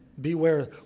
beware